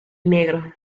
negro